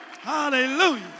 Hallelujah